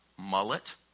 mullet